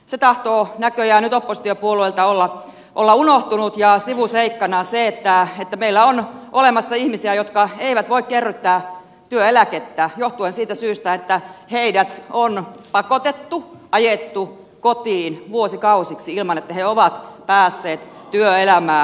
se tahtoo näköjään nyt oppositiopuolueilta olla unohtunut ja sivuseikkana se että meillä on olemassa ihmisiä jotka eivät voi kerryttää työeläkettä johtuen siitä syystä että heidät on pakotettu ajettu kotiin vuosikausiksi ilman että he ovat päässeet työelämään